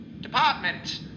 Department